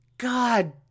God